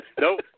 Nope